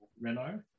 Renault